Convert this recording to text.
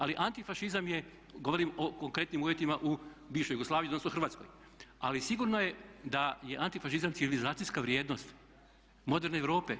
Ali antifašizam je, govorim o konkretnim uvjetima u bivšoj Jugoslaviji, odnosno Hrvatskoj, ali sigurno je da je antifašizam civilizacijska vrijednost moderne Europe.